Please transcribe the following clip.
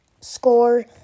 score